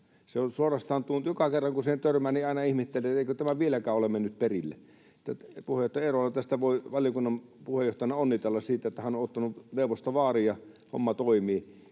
Se on suorastaan... Joka kerran, kun siihen törmään, aina ihmettelen, eikö tämä vieläkään ole mennyt perille. Puheenjohtaja Eerolaa voi valiokunnan puheenjohtajana onnitella siitä, että hän on ottanut neuvosta vaarin ja homma toimii.